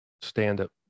stand-up